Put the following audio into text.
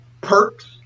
perks